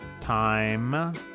time